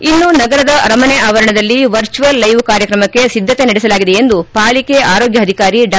ಇನ್ನು ನಗರದ ಅರಮನೆ ಅವರಣದಲ್ಲಿ ವರ್ಚುವಲ್ ಲೈವ್ ಕಾರ್ಯಕ್ರಮಕ್ಕೆ ಸಿದ್ದತೆ ನಡೆಸಲಾಗಿದೆ ಎಂದು ಪಾಲಿಕೆ ಆರೋಗ್ಯಾಧಿಕಾರಿ ಡಾ